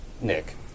Nick